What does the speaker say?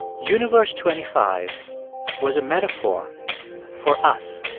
universe twenty five was a metaphor for us.